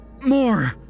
More